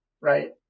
right